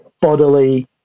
bodily